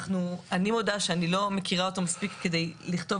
אני מודה שאני לא מכירה אותו מספיק כדי לכתוב